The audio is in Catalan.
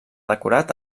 decorat